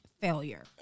failure